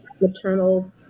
maternal